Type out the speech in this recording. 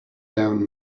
down